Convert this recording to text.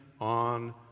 on